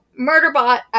Murderbot